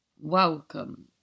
Welcome